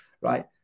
right